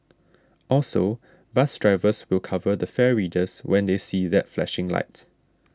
also bus drivers will cover the fare readers when they see that flashing light